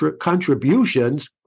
contributions